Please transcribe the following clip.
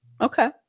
okay